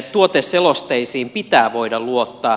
tuoteselosteisiin pitää voida luottaa